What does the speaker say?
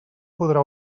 podrà